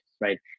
right